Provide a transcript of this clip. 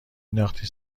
نداختی